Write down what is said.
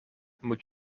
moet